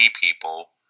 people